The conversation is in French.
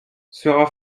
sera